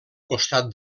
costat